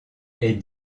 est